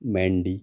mandy